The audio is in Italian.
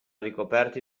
ricoperti